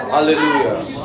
Hallelujah